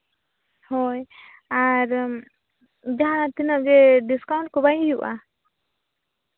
ᱦᱳᱭ ᱟᱨ ᱡᱟᱦᱟᱸ ᱛᱤᱱᱟᱹᱜ ᱜᱮ ᱰᱤᱥᱠᱟᱣᱩᱱᱴ ᱠᱚ ᱵᱟᱭ ᱦᱩᱭᱩᱜᱼᱟ